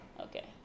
Okay